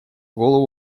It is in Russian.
голову